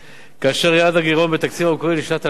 כאשר יעד הגירעון בתקציב המקורי לשנת 2012